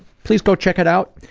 please go check it out,